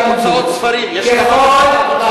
הוצאות ספרים יש כמה וכמה.